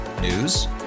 News